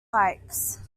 pikes